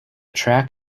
track